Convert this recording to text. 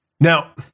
Now